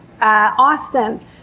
austin